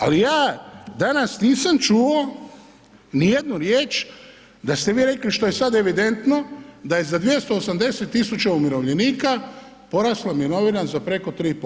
Ali ja danas nisam čuo nijednu riječ da ste vi rekli što je sada evidentno da je za 280000 umirovljenika porasla mirovina za preko 3%